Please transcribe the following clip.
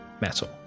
metal